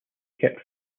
kept